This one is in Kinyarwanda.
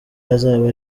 azaba